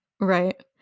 Right